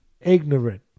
ignorant